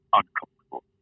uncomfortable